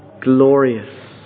glorious